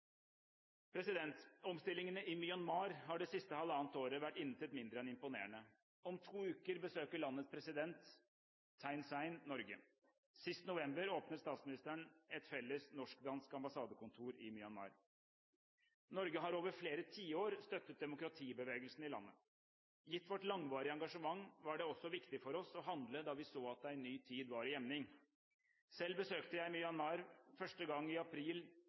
president, Thein Sein, Norge. Sist november åpnet statsministeren et felles norsk-dansk ambassadekontor i Myanmar. Norge har over flere tiår støttet demokratibevegelsen i landet. Gitt vårt langvarige engasjement var det også viktig for oss å handle da vi så at en ny tid var i emning. Selv besøkte jeg Myanmar første gang i april